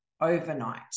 overnight